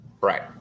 Right